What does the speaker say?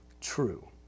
true